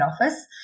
office